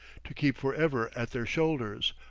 to keep for ever at their shoulders,